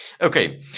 Okay